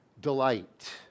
Delight